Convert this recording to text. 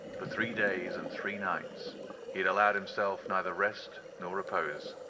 for three days and three nights he had allowed himself neither rest nor repose.